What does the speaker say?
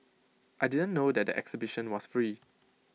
I didn't know that the exhibition was free